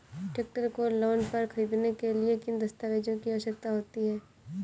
Tractor को loan पर खरीदने के लिए किन दस्तावेज़ों की आवश्यकता होती है?